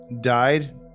died